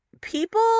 People